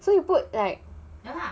so you put like